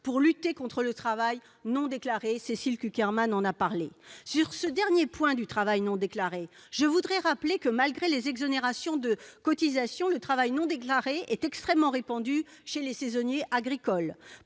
pour lutter contre le travail non déclaré- Cécile Cukierman en a parlé. Sur ce dernier point, je veux rappeler que, malgré les exonérations de cotisations, le travail non déclaré est extrêmement répandu chez les saisonniers agricoles.